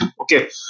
Okay